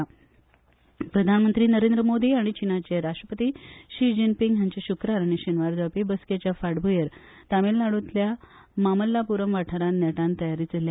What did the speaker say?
चीन राष्ट्राध्यक्ष प्रधानमंत्री नरेंद्र मोदी आनी चीनाचे राष्ट्रपती शी जीनपिंग हांच्या शुक्रार आनी शेनवारा जावपी बसकेच्या फाटभुयेर तामीळनाड्रतल्या मामल्ठापुरम वाठारात नेटान तयारी चल्ल्या